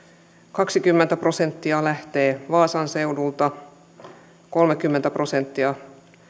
kaksikymmentä prosenttia lähtee vaasan seudulta kolmekymmentä prosenttia